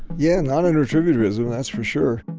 yeah, not an attribute tourism, that's for sure.